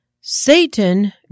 Satan